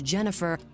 Jennifer